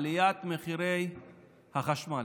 עליית מחירי החשמל,